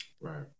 Right